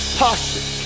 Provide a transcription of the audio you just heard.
posture